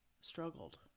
struggled